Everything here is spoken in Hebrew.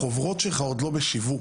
החוברות שלך עוד לא בשיווק.